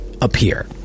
appear